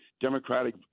Democratic